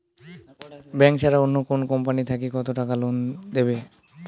Bank ছাড়া অন্য কোনো কোম্পানি থাকি কত টাকা লোন দিবে?